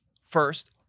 first